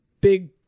big